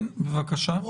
כן, בבקשה.